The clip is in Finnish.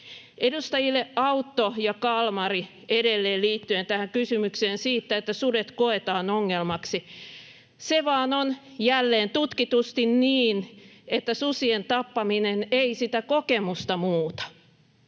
Edustajille Autto ja Kalmari edelleen liittyen kysymykseen siitä, että sudet koetaan ongelmaksi: Se vaan on, jälleen tutkitusti, niin, että susien tappaminen ei sitä kokemusta muuta.